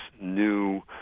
new